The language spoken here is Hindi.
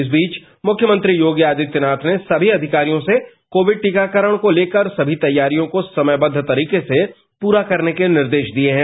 इस बीच मुख्यमंत्री योगी आदित्यनाथ ने सभी अधिकारियों से कोविड टीकाकरण को लेकर सभी तैयारियों को समयबद्व तरीके से पूरा करने के निर्देश दिए हैं